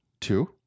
Two